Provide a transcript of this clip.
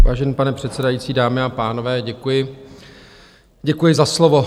Vážený pane předsedající, dámy a pánové, děkuji za slovo.